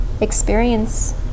experience